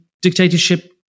dictatorship